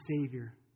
Savior